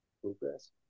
progress